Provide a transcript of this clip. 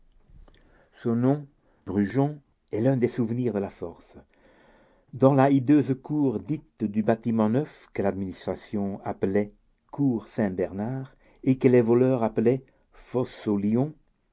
ce nom brujon est un des souvenirs de la force dans la hideuse cour dite du bâtiment neuf que l'administration appelait cour saint-bernard et que les voleurs appelaient